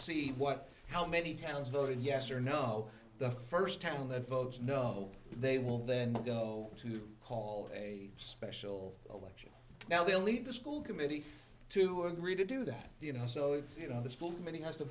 see what how many towns voted yes or no the first time their votes no they will then go to call a special election now they'll leave the school committee to agree to do that you know so it's you know the full committee has to